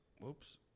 Whoops